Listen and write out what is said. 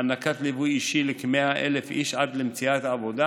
הענקת ליווי אישי לכ-100,000 איש עד למציאת עבודה.